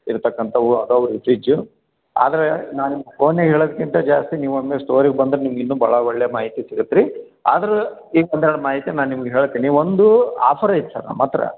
ಇರ್ತಕ್ಕಂಥವು ಅದವ್ರಿ ಫ್ರಿಜ್ಜು ಆದರೆ ನಾನು ನಿಮ್ಗ ಫೋನಲ್ಲಿ ಹೇಳೋದ್ಕಿಂತ ಜಾಸ್ತಿ ನೀವು ಒಮ್ಮೆ ಸ್ಟೋರಿಗೆ ಬಂದ್ರ ನಿಮ್ಗ ಇನ್ನು ಭಾಳ ಒಳ್ಳೆಯ ಮಾಹಿತಿ ಸಿಗುತ್ತೆ ರೀ ಆದ್ರೆ ಈಗ ಒಂದೆರಡು ಮಾಹಿತಿ ನಾ ನಿಮ್ಗ ಹೇಳ್ತೀನಿ ಒಂದು ಆಫರ್ ಐತಿ ಸರ್ ನಮ್ಮ ಹತ್ರ